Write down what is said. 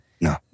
no